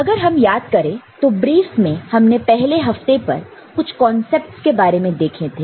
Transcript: अगर हम याद करें तो ब्रिफ में हमने पहले हफ्ते पर कुछ कॉन्सेप्ट्स के बारे में देखे थे